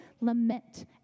Lament